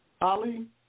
Ali